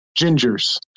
gingers